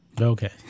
okay